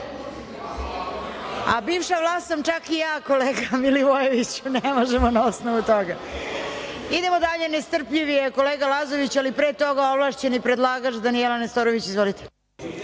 Bivša vlast sam čak i ja, kolega Milivojeviću. Ne možemo na osnovu toga. Idemo dalje, nestrpljiv je kolega Lazović, ali pre toga ovlašćeni predlagač Danijela Nestorović.